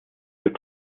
für